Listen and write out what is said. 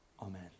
Amen